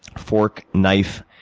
fork, knife,